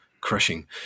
crushing